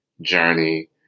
journey